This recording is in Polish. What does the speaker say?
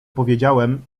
powiedziałem